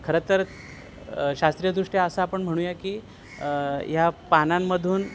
खरं तर शास्त्रीयदृष्ट्या असं आपण म्हणूया की या पानांमधून